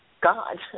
God